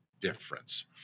difference